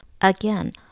again